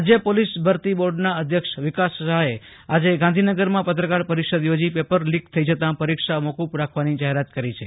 રાજ્ય પોલીસ ભરતી બૉર્ડના અધ્યક્ષ વિકાસ સહાયે આજે ગાંધીનગરમાં પત્રકાર પરિષદ યોજી પેપર લીક થઈ જતાં પરીક્ષા મોકૂફ રાખવાની જાહેરાત કરી છે